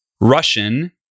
Russian